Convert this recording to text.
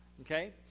okay